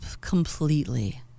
completely